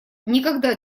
никогда